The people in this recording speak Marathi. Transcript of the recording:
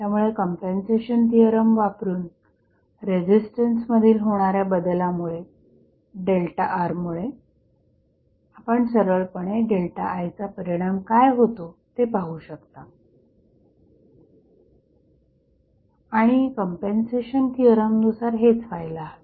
त्यामुळे कंपेंन्सेशन थिअरम वापरून रेझिस्टन्स मधील होणाऱ्या बदलामुळे ΔR मुळे आपण सरळपणे ΔI चा परिणाम काय होतो ते पाहू शकता आणि कंपेंन्सेशन थिअरम नुसार हेच व्हायला हवे